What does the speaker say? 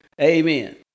Amen